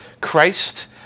Christ